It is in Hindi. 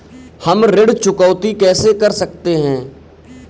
हम ऋण चुकौती कैसे कर सकते हैं?